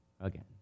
again